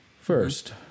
first